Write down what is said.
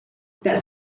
that